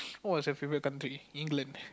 what was your favourite country England